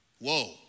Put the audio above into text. Whoa